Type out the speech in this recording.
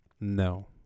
No